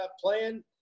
playing